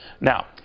Now